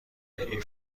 این